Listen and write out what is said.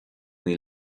níl